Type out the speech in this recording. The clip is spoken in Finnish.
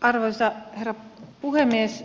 arvoisa herra puhemies